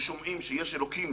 כששומעים שיש אלוקים,